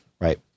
Right